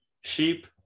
Sheep